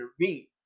intervene